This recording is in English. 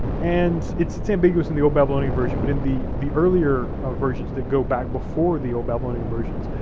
and its its ambiguous in the old babylonian version, but in the the earlier ah versions that go back before the old babylonian versions,